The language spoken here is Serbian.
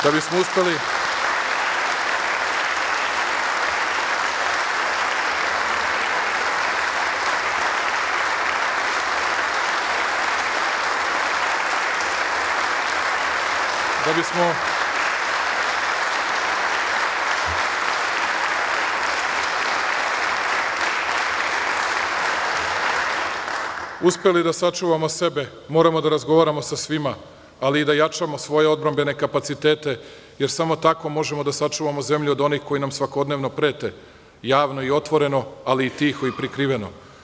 Da bismo uspeli da sačuvamo sebe, moramo da razgovaramo sa svima, ali i da jačamo svoje odbrambene kapacitete, jer samo tako možemo da sačuvamo zemlju od onih koji nam svakodnevno prete, javno i otvoreno, ali i tiho i prikriveno.